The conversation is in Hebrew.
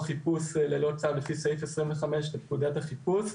חיפוש ללא צו לפי סעיף 25 לפקודת החיפוש.